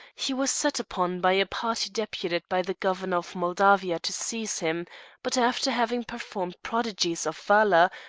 he was set upon by a party deputed by the governor of moldavia to seize him but after having performed prodigies of valour,